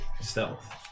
stealth